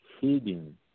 hidden